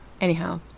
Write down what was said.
Anyhow